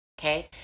Okay